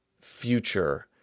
future